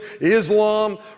Islam